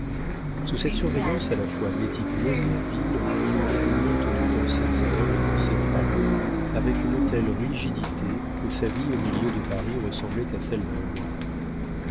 sous cette surveillance à la fois méticuleuse et habile il fut maintenu dans ses heures et dans ses travaux avec une telle rigidité que sa vie au milieu de paris ressemblait à celle d'un moine